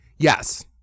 Yes